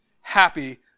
happy